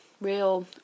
real